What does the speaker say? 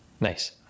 Nice